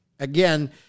Again